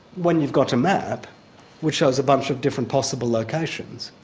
when you've got a map which shows a bunch of different possible locations,